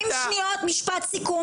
30 שניות, משפט סיכום.